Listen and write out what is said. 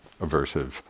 aversive